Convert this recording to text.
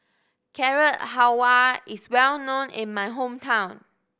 Carrot Halwa is well known in my hometown